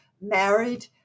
married